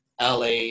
LA